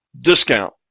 discount